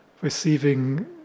receiving